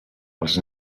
els